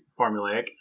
formulaic